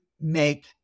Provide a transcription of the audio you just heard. make